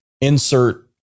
insert